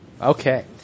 okay